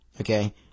Okay